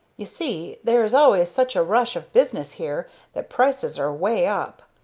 you see, there is always such a rush of business here that prices are way up.